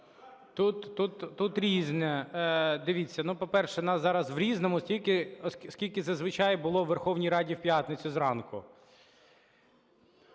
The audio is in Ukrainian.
Тут різне. Дивіться, по-перше, в нас зараз в "Різному" стільки, скільки зазвичай було у Верховній Раді в п'ятницю зранку.